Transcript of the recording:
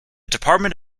department